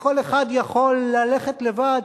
שכל אחד יכול ללכת לבד,